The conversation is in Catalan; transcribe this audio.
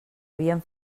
havien